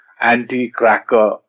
anti-cracker